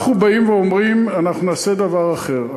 אנחנו אומרים: אנחנו נעשה דבר אחר.